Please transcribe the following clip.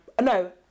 no